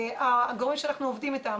הגורמים שאנחנו עובדים איתם,